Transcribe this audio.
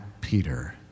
Peter